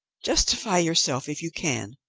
justify yourself if you can.